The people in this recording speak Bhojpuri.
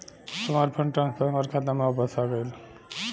हमार फंड ट्रांसफर हमार खाता में वापस आ गइल